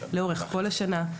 לאורך כל השנה,